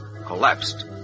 collapsed